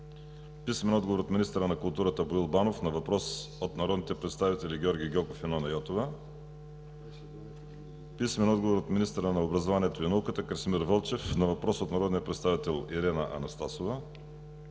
Румен Георгиев; - министъра на култура Боил Банов на въпрос от народните представители Георги Гьоков и Нона Йотова; - министъра на образованието и науката Красимир Вълчев на въпрос от народния представител Ирена Анастасова;